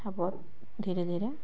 ହବ ଧୀରେ ଧୀରେ